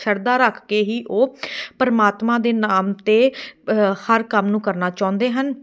ਸ਼ਰਧਾ ਰੱਖ ਕੇ ਹੀ ਉਹ ਪਰਮਾਤਮਾ ਦੇ ਨਾਮ 'ਤੇ ਹਰ ਕੰਮ ਨੂੰ ਕਰਨਾ ਚਾਹੁੰਦੇ ਹਨ